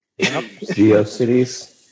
GeoCities